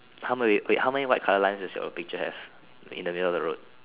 how many wait how many white colour lines does your picture have in the middle of the road